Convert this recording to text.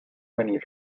venir